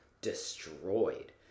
destroyed